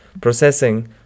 processing